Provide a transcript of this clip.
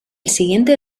siguiente